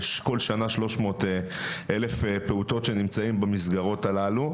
יש כל שנה שלוש מאות אלף פעוטות שנמצאים במסגרות הללו,